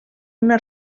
una